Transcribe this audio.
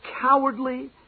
cowardly